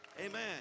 Amen